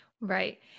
Right